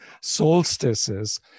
solstices